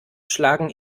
schlagen